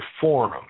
Forum